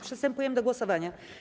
Przystępujemy do głosowania.